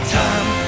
time